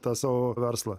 tą savo verslą